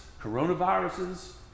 coronaviruses